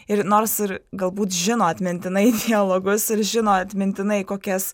ir nors ir galbūt žino atmintinai dialogus ir žino atmintinai kokias